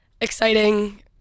exciting